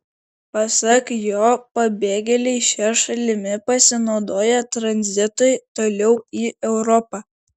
pasak jo pabėgėliai šia šalimi pasinaudoja tranzitui toliau į europą